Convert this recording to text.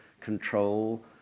control